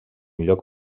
lloc